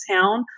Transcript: town